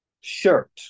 shirt